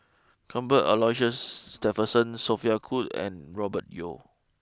Cuthbert Aloysius Shepherdson Sophia Cooke and Robert Yeo